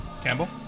Campbell